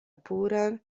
puran